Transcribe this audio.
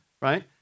right